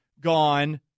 gone